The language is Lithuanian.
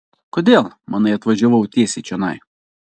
kodėl manai atvažiavau tiesiai čionai